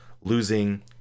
losing